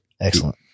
excellent